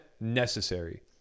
necessary